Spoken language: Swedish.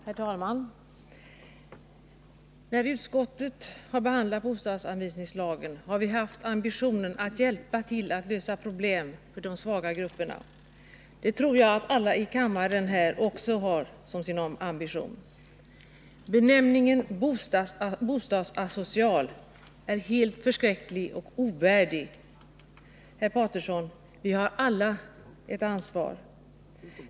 Herr talman! När utskottet har behandlat bostadsanvisningslagen har vi haft ambitionen att hjälpa till att lösa problem för de svaga grupperna. Det tror jag att alla här i kammaren också har som sin ambition. Benämningen ”bostadsasocial” är helt förskräcklig och ovärdig. Herr Paterson! Vi har alla ett ansvar.